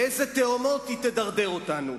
לאילו תהומות היא תדרדר אותנו?